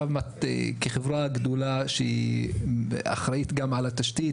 כחברה גדולה שאחראית גם על התשתית,